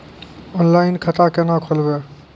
Online खाता केना खोलभैबै?